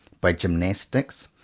by gymnastics,